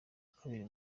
kabiri